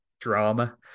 drama